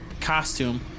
costume